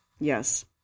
Yes